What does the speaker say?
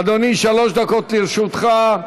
אדוני, שלוש דקות לרשותך,